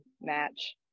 match